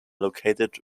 located